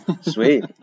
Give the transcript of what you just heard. Sweet